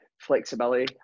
flexibility